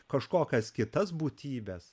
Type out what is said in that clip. kažkokias kitas būtybes